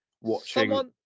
Watching